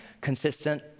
consistent